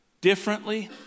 differently